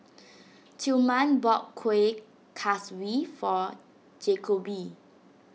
Tilman bought Kuih Kaswi for Jakobe